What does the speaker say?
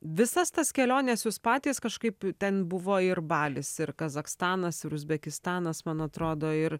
visas tas keliones jūs patys kažkaip ten buvo ir balis ir kazachstanas ir uzbekistanas man atrodo ir